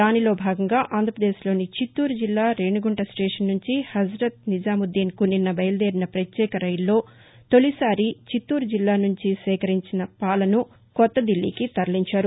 దీనిలో భాగంగా ఆంధ్రప్రదేశ్ లోని చిత్తూరు జిల్లా రేణిగుంట స్టేషన్ నుంచి హాజత్ నిజాముద్దీన్ కు నిన్న బయల్దేరిన పత్యేక రైల్లో తొలిసారి చిత్తూరు జిల్లా నుంచి సేకరించిన పాలను కొత్త దిల్లీకి తరలించారు